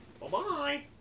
Bye-bye